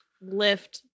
lift